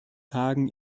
tagen